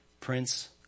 prince